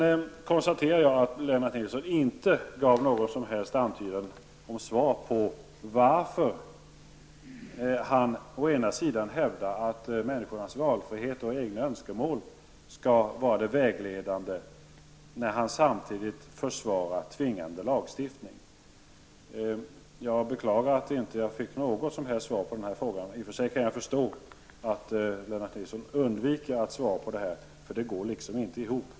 Jag konstaterar att Lennart Nilsson inte gav någon som helst antydan till svar på varför han å ena sidan hävdar att människornas valfrihet och egna önskemål skall vara vägledande när han å andra sidan försvarar tvingande lagstiftning. Jag beklagar att jag inte fick något som helst svar på den frågan. I och för sig kan jag förstå att Lennart Nilsson undviker att svara på frågan, eftersom det han säger liksom inte går ihop.